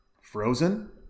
frozen